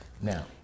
Now